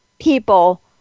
people